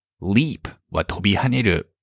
Leapは飛び跳ねる